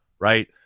Right